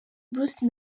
bruce